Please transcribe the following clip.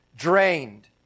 drained